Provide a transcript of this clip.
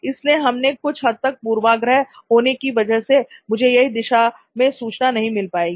इसलिए इसमें कुछ हद तक पूर्वाग्रह होने की वजह से मुझे सही दिशा में सूचना नहीं मिल पाएगी